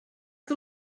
que